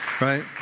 right